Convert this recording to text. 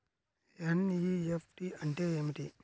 NEFT అంటే ఏమిటి?